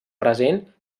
present